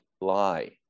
lie